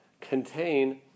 contain